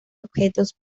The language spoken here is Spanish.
objetos